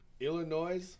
Illinois